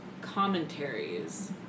commentaries